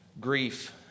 grief